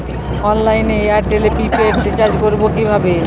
অনলাইনে এয়ারটেলে prepaid recharge করবো কিভাবে?